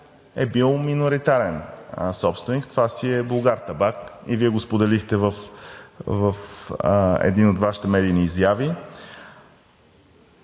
е бил миноритарен собственик, това си е Булгартабак, и Вие го споделихте в един от Вашите медийни изяви.